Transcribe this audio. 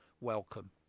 welcome